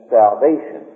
salvation